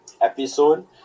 episode